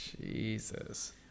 Jesus